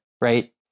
right